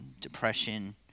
depression